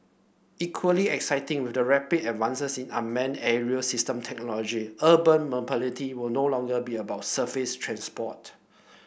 equally exciting with the rapid advances unmanned aerial system technology urban will no longer be about surface transport